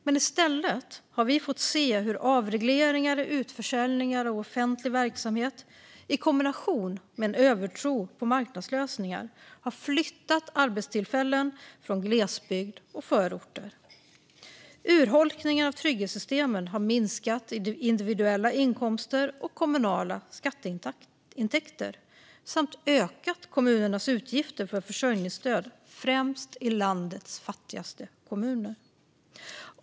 Men i stället har vi fått se hur avregleringar och utförsäljningar av offentlig verksamhet, i kombination med en övertro på marknadslösningar, har flyttat arbetstillfällen från glesbygd och förorter. Urholkningen av trygghetssystemen har minskat individuella inkomster och kommunala skatteintäkter samt ökat kommunernas utgifter för försörjningsstöd främst i landets fattigaste kommuner.